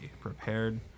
prepared